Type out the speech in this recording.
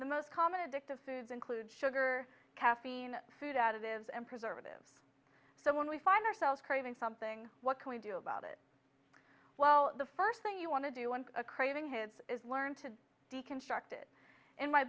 the most common addictive foods include sugar caffeine food additives and preservatives so when we find ourselves craving something what can we do about it well the first thing you want to do once a craving hits is learn to deconstruct it in my